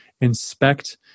inspect